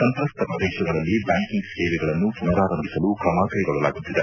ಸಂತ್ರಸ್ತ ಪ್ರದೇಶಗಳಲ್ಲಿ ಬ್ಯಾಂಕಿಂಗ್ ಸೇವೆಗಳನ್ನು ಪುನಾರಾರಂಬಿಸಲು ಕ್ರಮ ಕೈಗೊಳ್ಳಲಾಗುತ್ತದೆ